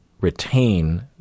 retain